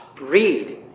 read